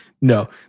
No